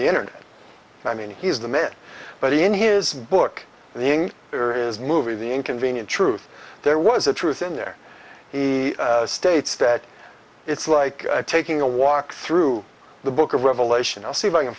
the internet i mean he's the mit but he in his book the ing there is movie the inconvenient truth there was a truth in there he states that it's like taking a walk through the book of revelation i'll see if i can